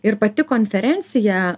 ir pati konferencija